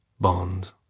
Bond